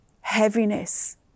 heaviness